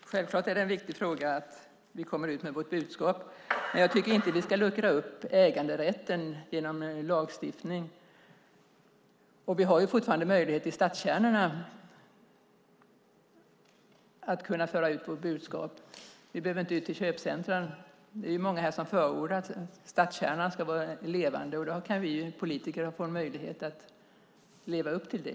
Fru talman! Självklart är det en viktig fråga att vi får komma ut med vårt budskap, men jag tycker inte att vi ska luckra upp äganderätten genom lagstiftning. Vi har ju fortfarande möjlighet att föra ut vårt budskap i stadskärnorna. Vi behöver inte gå ut i köpcentrumen. Det är många här som förordar att stadskärnorna ska vara levande, och då kan ju vi politiker få en möjlighet att leva upp till det.